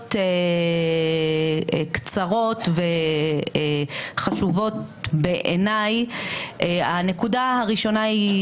נקודות קצרות וחשובות בעיניי כאשר הנקודה הראשונה היא,